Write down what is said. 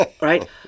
Right